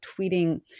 tweeting